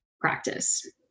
practice